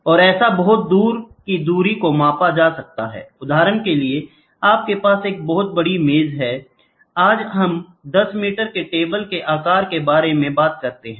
और ऐसे बहुत दूर की दूरी को मापा जा सकता है उदाहरण के लिए आपके पास एक बहुत बड़ी मेज है आज हम 10 मीटर के टेबल बेड के आकार के बारे में बात करते हैं